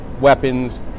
weapons